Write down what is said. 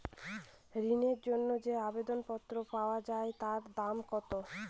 ঋণের জন্য যে আবেদন পত্র পাওয়া য়ায় তার দাম কত?